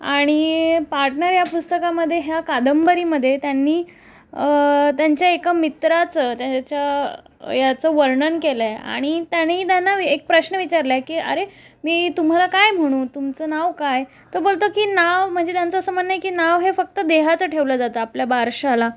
आणि पार्टनर या पुस्तकामदे ह्या कादंबरीमध्ये त्यांनी त्यांच्या एका मित्राचं त्याच्या याचं वर्णन केलं आहे आणि त्याने त्यांना एक प्रश्न विचारला आहे की अरे मी तुम्हाला काय म्हणू तुमचं नाव काय तो बोलतो की नाव म्हणजे त्यांचं असं म्हणणं आहे की नाव हे फक्त देहाचं ठेवलं जातं आपल्या बारशाला